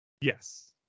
Yes